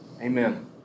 Amen